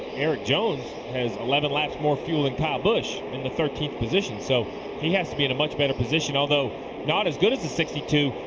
erik jones has eleven laps more fuel than kyle busch in the thirteenth position. so he has to be in a much better position. although not as good as the sixty two.